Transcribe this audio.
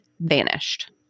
vanished